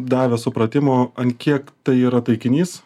davė supratimo ant kiek tai yra taikinys